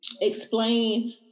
explain